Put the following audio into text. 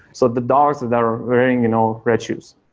so the dogs that are wearing you know red shoes,